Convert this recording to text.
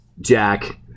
Jack